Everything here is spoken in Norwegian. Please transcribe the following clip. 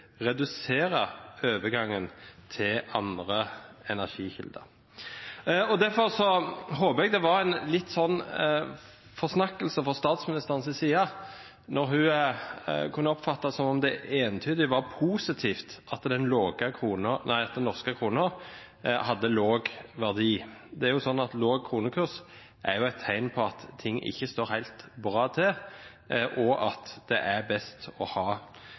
redusere overgangen til andre energikilder. Derfor håper jeg det var en liten forsnakkelse fra statsministerens side når hun kunne oppfattes som om det var entydig positivt at den norske krona hadde lav verdi. Det er jo slik at lav kronekurs er et tegn på at ting ikke står helt bra til, og at det er best å ha